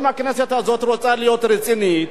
אם הכנסת הזאת רוצה להיות רצינית,